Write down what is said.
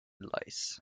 lice